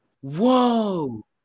Whoa